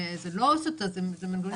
אגב,